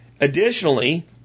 Additionally